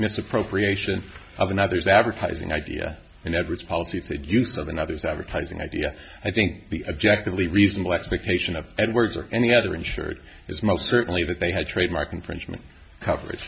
misappropriation of another's advertising idea and edwards policy it said use of another's advertising idea i think the objectively reasonable expectation of edwards or any other insured is most certainly that they had trademark infringement coverage